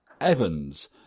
Evans